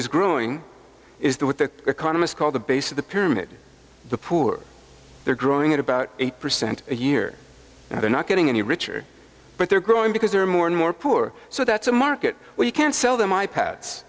is growing is the what the economists call the base of the pyramid the poor they're growing at about eight percent a year and they're not getting any richer but they're growing because they're more and more poor so that's a market where you can't sell them i p